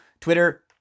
Twitter